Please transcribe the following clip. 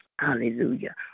hallelujah